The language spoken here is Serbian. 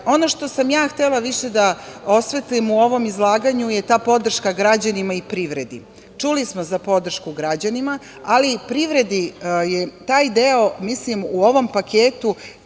što sam ja htela više da osvetlim u ovom izlaganju je ta podrška građanima i privredi. Čuli smo za podršku građanima, ali i privredi je taj deo u ovom paketu